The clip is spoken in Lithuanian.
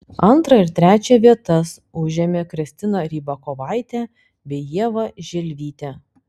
antrą ir trečią vietas užėmė kristina rybakovaitė bei ieva želvytė